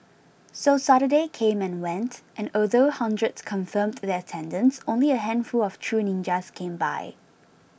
so Saturday came and went and although hundreds confirmed their attendance only a handful of true ninjas came by